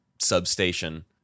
substation